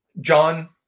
John